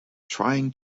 trying